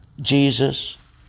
Jesus